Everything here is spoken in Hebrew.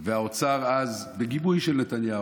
והאוצר אז, בגיבוי של נתניהו,